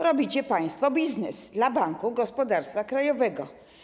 Robicie państwo biznes dla Banku Gospodarstwa Krajowego.